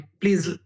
Please